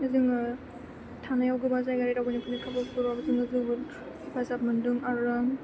जोङो थांनायाव गोबां जायगायारि दावबायनायफोरनि खाबुफोरावबो जोङो जोबोद हेफाजाब मोनदों आरो